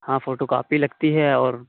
ہاں photocopy لگتی ہے اور